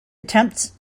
attempts